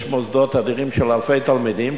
יש מוסדות אדירים של אלפי תלמידים,